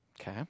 Okay